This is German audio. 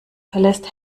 verlässt